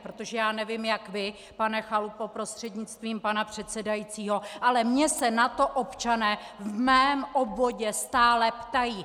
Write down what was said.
Protože já nevím jak vy, pane Chalupo prostřednictvím pana předsedajícího, ale mě se na to občané v mém obvodě stále ptají.